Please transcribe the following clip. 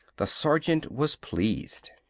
the sergeant was pleased.